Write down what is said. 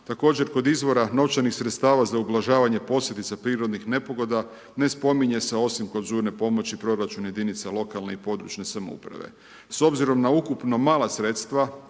Također kod izvora novčanih sredstava za ublažavanje posljedica prirodnih nepogoda, ne spominje se osim kod žurne pomoći, proračun jedinica lokalne i područne samouprave. S obzirom na ukupno mala sredstva,